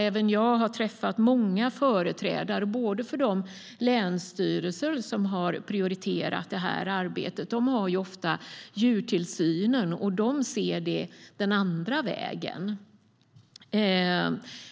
Även jag har träffat många företrädare, bland annat för de länsstyrelser som har prioriterat detta arbete. De har ofta djurtillsynen, och de ser det den andra vägen.